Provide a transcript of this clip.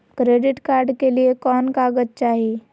Credit card के लिए कौन कागज चाही?